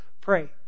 Pray